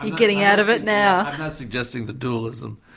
getting out of it now. i'm not suggesting that dualism.